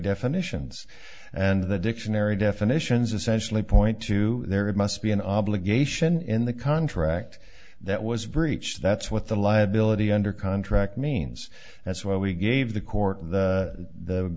definitions and the dictionary definitions essentially point to there it must be an obligation in the contract that was breached that's what the liability under contract means that's why we gave the